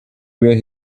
wear